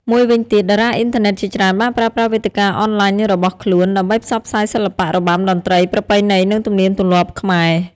មួយវិញទៀត តារាអុីនធឺណិតជាច្រើនបានប្រើប្រាស់វេទិកាអនឡាញរបស់ខ្លួនដើម្បីផ្សព្វផ្សាយសិល្បៈ របាំ តន្ត្រី ប្រពៃណី និងទំនៀមទម្លាប់ខ្មែរ។